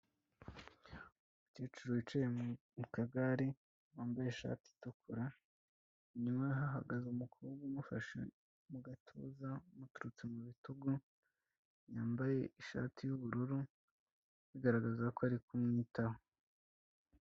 Umukecuru wicaye mu kagare ,wambaye ishati itukura, inyuma ye hahagaze umukobwa umufashe mu gatuza amuturutse mu bitugu, yambaye ishati y'ubururu, bigaragaza ko ari kumwitaho.